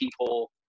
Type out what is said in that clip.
people